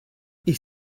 ich